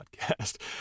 podcast